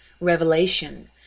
Revelation